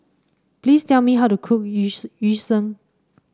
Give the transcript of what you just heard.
please tell me how to cook yu Yu Sheng